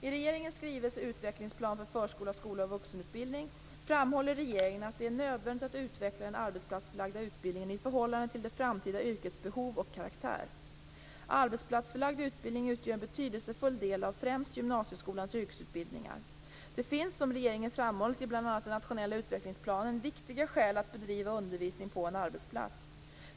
I regeringens skrivelse Utvecklingsplan för förskola, skola och vuxenutbildning framhåller regeringen att det är nödvändigt att utveckla den arbetsplatsförlagda utbildningen i förhållande till det framtida yrkets behov och karaktär. Arbetsplatsförlagd utbildning utgör en betydelsefull del av främst gymnasieskolans yrkesutbildningar. Det finns, som regeringen framhållit i bl.a. den nationella utvecklingsplanen, viktiga skäl för att bedriva undervisning på en arbetsplats.